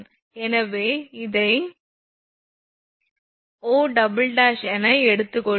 எனவே இதை 𝑂 என எடுத்து கொள்கிறேன்